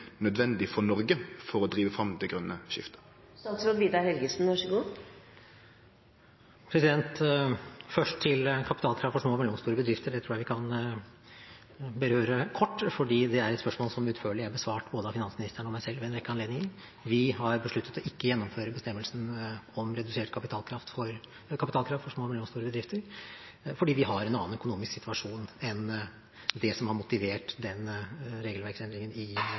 nødvendig for Noreg for å drive fram det grøne skiftet? Først til kapitalkrav for små og mellomstore bedrifter – det tror jeg vi kan berøre kort, for det er et spørsmål som utførlig er besvart av både finansministeren og meg selv ved en rekke anledninger. Vi har besluttet ikke å gjennomføre bestemmelsen om redusert kapitalkrav for små og mellomstore bedrifter, fordi vi har en annen økonomisk situasjon enn det som har motivert den regelverksendringen i EU. Når det gjelder klima: La meg si at forhandlingene våre med EU om norsk deltakelse i